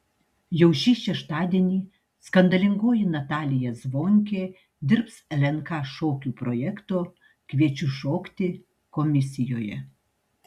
jau šį šeštadienį skandalingoji natalija zvonkė dirbs lnk šokių projekto kviečiu šokti komisijoje